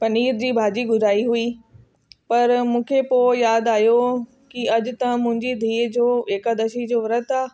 पनीर जी भाॼी घुराई हुई पर मूंखे पोइ यादि आहियो कि अॼु त मुंहिंजी धीउ जो एकादशी जो वृतु आहे